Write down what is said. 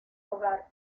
hogar